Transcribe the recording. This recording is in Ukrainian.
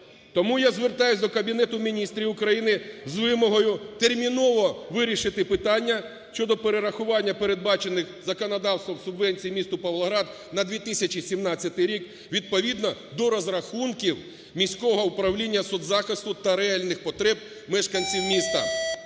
Тому я звертаюсь до Кабінету Міністрів України з вимогою терміново вирішити питання щодо перерахування передбачених законодавством субвенцій місту Павлоград на 2017 рік відповідно до розрахунків міського управління соцзахисту та реальних потреб мешканців міста.